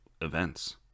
events